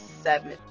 seven